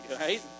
Right